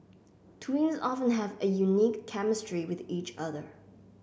twins often have a unique chemistry with each other